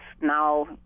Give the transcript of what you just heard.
now